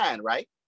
right